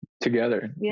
together